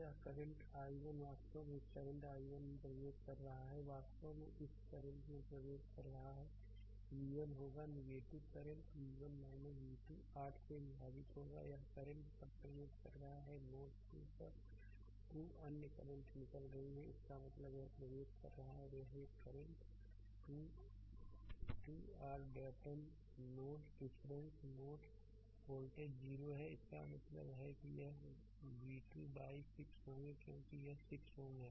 slide समय देखें 2821 तब यह करंट i1 वास्तव में इस करंट i1 में प्रवेश कर रहा है वास्तव में इस करंट में प्रवेश कर रहा है v1 होगा यह करंट v1 v2 8 से होगा विभाजित यह करंट तब प्रवेश कर रहा है नोड 2 पर 2 अन्य करंट निकल रही है इसका मतलब है यह प्रवेश कर रहा है और यह एक और करंट 2 2 rडेटम नोड रिफरेंस नोड वोल्टेज 0 है इसका मतलब है कि ये v2 बाइ 6 होंगे क्योंकि यह 6 Ω है